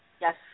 Yes